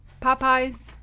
Popeyes